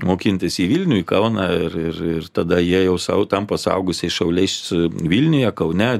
mokintis į vilnių į kauną ir tada jie jau sau tampa suaugusiais šauliais vilniuje kaune